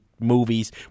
movies